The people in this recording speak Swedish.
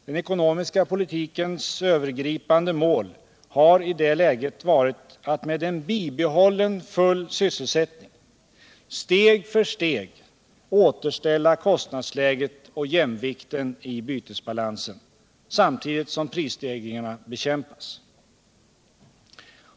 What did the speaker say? Den ekonomiska politikens övergripande mål har i det läget varit att med bibehållen full sysselsättning steg för steg återställa kostnadsläget och jämvikten i bytesbalansen samtidigt som prisstegringarna bekämpas.